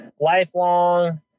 lifelong